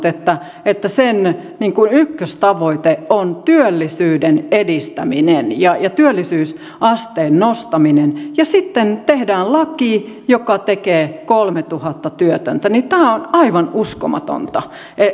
että että sen ykköstavoite on työllisyyden edistäminen ja ja työllisyysasteen nostaminen ja sitten tehdään laki joka tekee kolmetuhatta työtöntä tämä on aivan uskomatonta